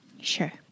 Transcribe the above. Sure